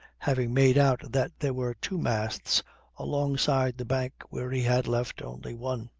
having made out that there were two masts alongside the bank where he had left only one.